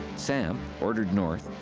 sam ordered north,